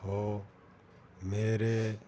ਹੋ ਮੇਰੇ